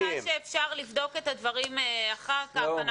אני בטוחה שאפשר לבדוק את הדברים אחר כך.